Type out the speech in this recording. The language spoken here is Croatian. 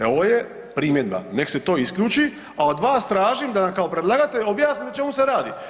E ovo je primjedba, nek se to isključi a od vas tražim da kao predlagatelj objasni o čemu se radi.